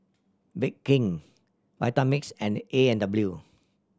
Bake King Vitamix and A and W